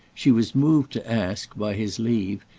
she was moved to ask, by his leave,